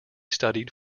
studied